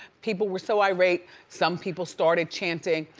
people were so irate some people started chanting,